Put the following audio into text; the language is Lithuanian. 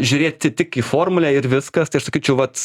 žiūrėti tik į formulę ir viskas taip sakyčiau vat